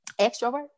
extrovert